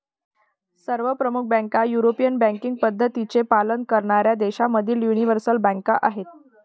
सर्व प्रमुख बँका युरोपियन बँकिंग पद्धतींचे पालन करणाऱ्या देशांमधील यूनिवर्सल बँका आहेत